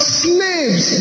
slaves